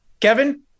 kevin